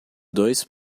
dois